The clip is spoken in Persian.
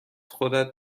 خودت